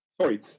Sorry